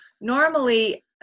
normally